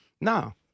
Now